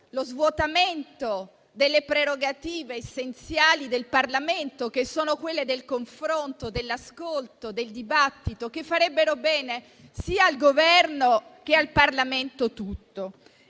lo svuotamento delle prerogative essenziali del Parlamento, che sono quelle del confronto, dell'ascolto, del dibattito, che farebbero bene sia al Governo che al Parlamento tutto.